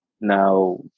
now